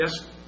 yes